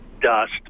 dust